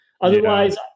Otherwise